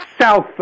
south